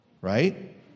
right